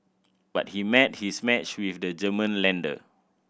but he met his match with the German lender